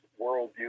worldview